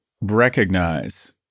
recognize